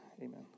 amen